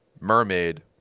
Mermaid